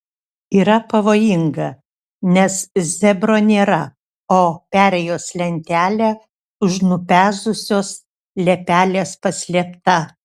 yra pavojinga nes zebro nėra o perėjos lentelė už nupezusios liepelės paslėpta